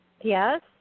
Yes